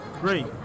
Great